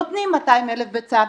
נותנים 200,000 ביצה,